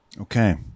Okay